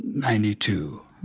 ninety two,